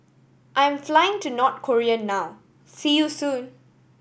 I am flying to North Korea now see you soon